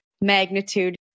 magnitude